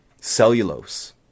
cellulose